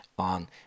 on